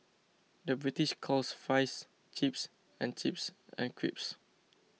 the British calls Fries Chips and chips and crisps